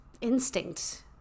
instinct